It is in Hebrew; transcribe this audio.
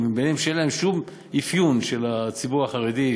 שאין בהם שום אפיון של הציבור החרדי,